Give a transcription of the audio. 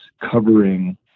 covering